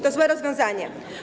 To złe rozwiązanie.